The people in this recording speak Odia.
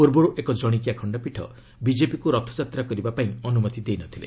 ପୂର୍ବରୁ ଏକ ଜଣିକିଆ ଖଣ୍ଡପୀଠ ବିଜେପିକୁ ରଥଯାତ୍ରା କରିବା ପାଇଁ ଅନୁମତି ଦେଇ ନଥିଲେ